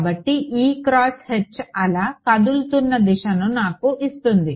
కాబట్టి అల కదులుతున్న దిశను నాకు ఇస్తుంది